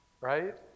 right